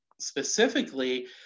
specifically